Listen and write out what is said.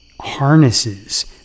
harnesses